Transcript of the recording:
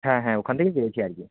হ্যাঁ হ্যাঁ ওখান থেকেই পেয়েছি আর কি